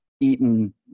eaten